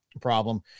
problem